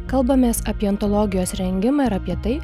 kalbamės apie ontologijos rengimą ir apie tai